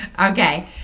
Okay